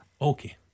Okay